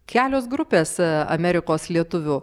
kelios grupės amerikos lietuvių